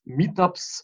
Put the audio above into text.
meetups